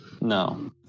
No